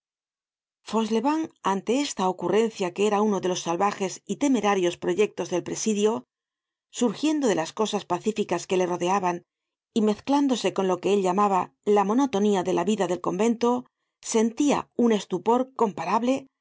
fauchelevent ante esta ocurrencia que era uno de los salvajes y temerarios proyectos del presidio surgiendo de las cosas pacíficas que le rodeaban y mezclándose con lo que él llamaba la monotonía de la vida del convento sentia un estupor comparable